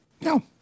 No